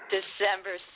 December